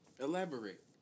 Elaborate